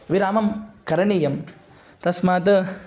विरामं करणीयं तस्मात्